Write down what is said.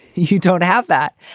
you don't have that.